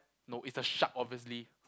no it's the shark obviously